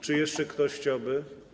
Czy jeszcze ktoś chciałby?